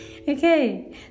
Okay